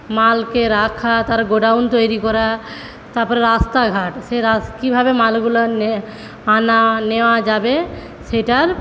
মালকে রাখা তার গোডাউন তৈরি করা তারপরে রাস্তাঘাট সে কিভাবে মালগুলো আনা নেওয়া যাবে সেটার